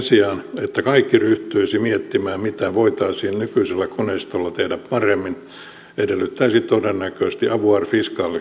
se että kaikki ryhtyisivät miettimään mitä voitaisiin nykyisellä koneistolla tehdä paremmin edellyttäisi todennäköisesti avoir fiscalin kaltaista järjestelmää